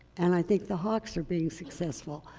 and i think the hawk are being successful.